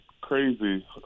crazy